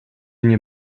nie